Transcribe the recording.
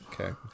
Okay